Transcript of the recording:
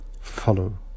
follow